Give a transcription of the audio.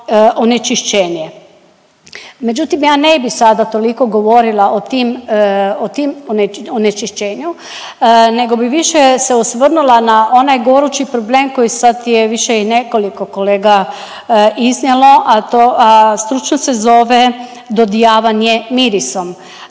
onečišćenje. Međutim, ja ne bih sada toliko govorila o tim onečišćenju, nego bi više se osvrnula na onaj gorući problem koji sad je više i nekoliko kolega iznijelo, a stručno se zove dodijavanje mirisom.